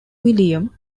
william